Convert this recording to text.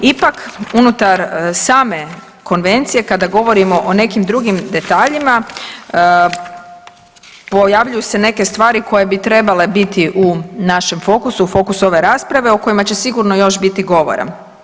Ipak unutar same konvencije kada govorimo o nekim drugim detaljima pojavljuju se neke stvari koje bi trebale biti u našem fokusu, u fokusu ove rasprave, o kojima će sigurno još biti govora.